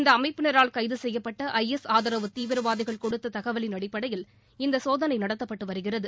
இந்த அமைப்பினரால் கைது செய்யப்பட்ட ஐ எஸ் ஆதரவு தீவிரவாதிகள் கொடுத்த தகவலின் அடிப்படையில் இந்த சோதனை நடத்தப்பட்டு வருகிறது